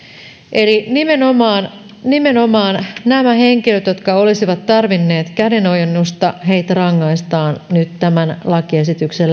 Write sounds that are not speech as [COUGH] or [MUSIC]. eli nimenomaan nimenomaan näitä henkilöitä jotka olisivat tarvinneet kädenojennusta rangaistaan nyt tämän lakiesityksen [UNINTELLIGIBLE]